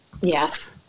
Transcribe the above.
Yes